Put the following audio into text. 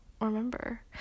remember